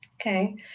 Okay